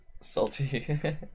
salty